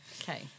okay